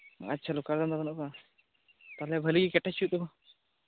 ᱟᱪᱪᱷᱟ ᱞᱳᱠᱟᱞᱨᱮᱱ ᱫᱚ ᱵᱟᱹᱱᱩᱜ ᱠᱚᱣᱟ ᱛᱟᱦᱞᱮ ᱵᱷᱟᱹᱞᱤ ᱜᱮ ᱠᱮᱴᱮᱡ ᱦᱩᱭᱩᱜ ᱛᱟᱠᱚᱣᱟ